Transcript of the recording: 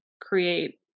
create